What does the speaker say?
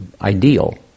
ideal